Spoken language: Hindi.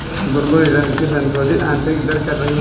गुनगुन रिटर्न की संशोधित आंतरिक दर कर रही है